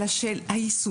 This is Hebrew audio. אלא של היישום.